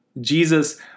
Jesus